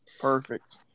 Perfect